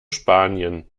spanien